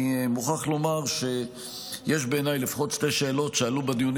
אני מוכרח לומר שיש בעיניי לפחות שתי שאלות שעלו בדיונים